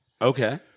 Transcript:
Okay